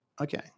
Okay